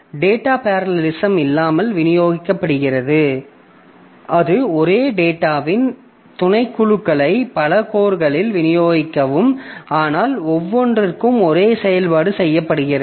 data parallelism இல்லாமல் விநியோகிக்கப்படுகிறது அது ஒரே டேட்டாவின் துணைக்குழுக்களை பல கோர்களில் விநியோகிக்கவும் ஆனால் ஒவ்வொன்றிலும் ஒரே செயல்பாடு செய்யப்படுகிறது